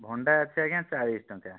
ଭଣ୍ଡା ଅଛି ଆଜ୍ଞା ଚାଳିଶ ଟଙ୍କା